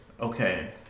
Okay